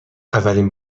اولین